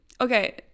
Okay